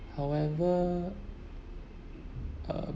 however uh